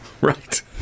Right